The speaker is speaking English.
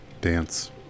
dance